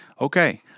Okay